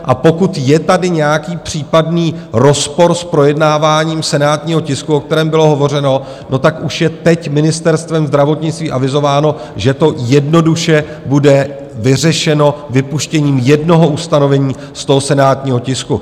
A pokud je tady nějaký případný rozpor s projednáváním senátního tisku, o kterém bylo hovořeno, je už teď Ministerstvem zdravotnictví avizováno, že to jednoduše bude vyřešeno vypuštěním jednoho ustanovení z toho senátního tisku.